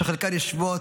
שחלקן יושבות,